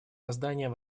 созданием